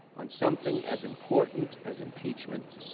on something as important as impeachment,